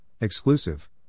exclusive